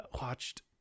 watched